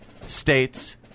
States